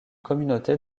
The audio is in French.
communauté